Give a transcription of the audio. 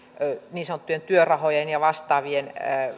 niin sanottujen työrahojen ja vastaavien